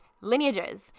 lineages